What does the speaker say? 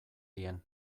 dien